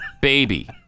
baby